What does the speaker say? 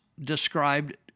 described